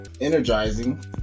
energizing